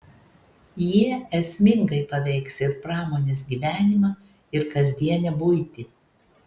jie esmingai paveiks ir pramonės gyvenimą ir kasdienę buitį